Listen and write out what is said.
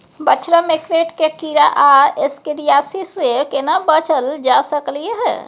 बछरा में पेट के कीरा आ एस्केरियासिस से केना बच ल जा सकलय है?